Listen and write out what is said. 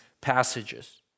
passages